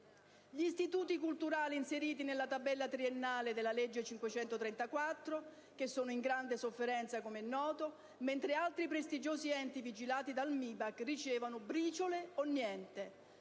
gli istituti culturali inseriti nella tabella triennale della legge n. 534 del 1996, che come è noto sono in grande sofferenza, mentre altri prestigiosi enti vigilati dal MIBAC ricevono briciole o niente.